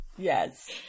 yes